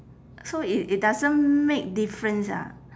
so it it doesn't make difference ah